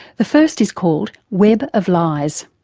the first is called web of lies.